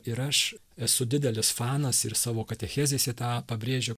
ir aš esu didelis fanas ir savo katechezėse tą pabrėžiu